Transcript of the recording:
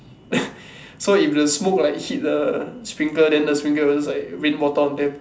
so if the smoke like hit the sprinkler then the sprinkler will just like rain water on them